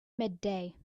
midday